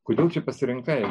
kodėl pasirinkai